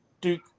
Duke